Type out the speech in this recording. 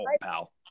pal